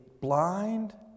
blind